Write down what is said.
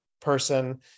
person